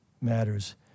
matters